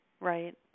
Right